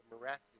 miraculous